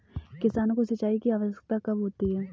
किसानों को सिंचाई की आवश्यकता कब होती है?